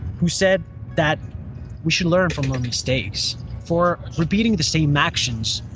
who said that we should learn from our mistakes for repeating the same actions,